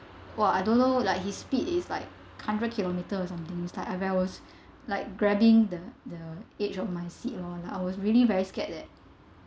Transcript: !wah! I don't know like his speed is like hundred kilometres or something it's like I where was like grabbing the the edge of my seat lor like I was really very scared leh